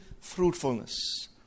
fruitfulness